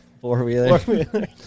Four-wheeler